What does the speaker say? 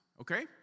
Okay